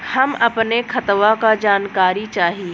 हम अपने खतवा क जानकारी चाही?